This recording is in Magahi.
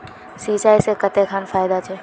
सिंचाई से कते खान फायदा छै?